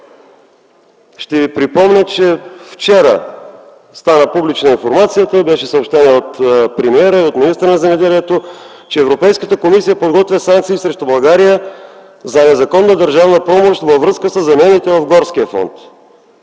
ще ви припомня, че вчера стана публична информацията – беше съобщена от премиера и от министъра на земеделието и храните, че Европейската комисия подготвя санкции срещу България за незаконна държавна помощ във връзка със замените в горския фонд.